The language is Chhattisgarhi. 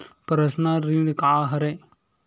पर्सनल ऋण का हरय?